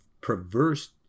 perverse